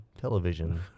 television